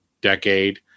decade